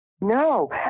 No